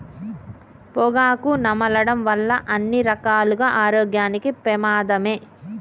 పొగాకు నమలడం వల్ల అన్ని రకాలుగా ఆరోగ్యానికి పెమాదమే